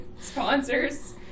Sponsors